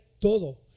todo